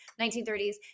1930s